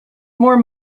more